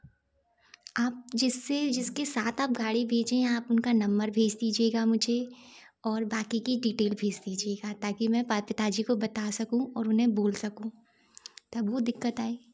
आप जिससे जिस के साथ आप गाड़ी भेजे हैं आप उनका नंबर भेज दीजिएगा मुझे और बाक़ी के डीटेल भेज दीजिएगा ताकि मैं बात पिता जी को बता सकूँ और उन्हे बोल सकूँ तब वो दिक्कत आई